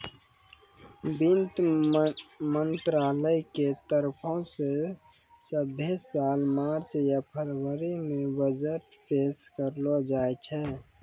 वित्त मंत्रालय के तरफो से सभ्भे साल मार्च या फरवरी मे बजट पेश करलो जाय छै